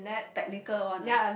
technical one ah